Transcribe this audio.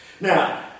Now